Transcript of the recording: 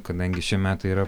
kadangi šie metai yra